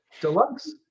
Deluxe